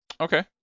okay